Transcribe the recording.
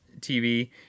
TV